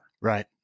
Right